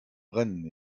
brennen